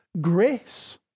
grace